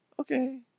Okay